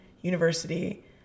university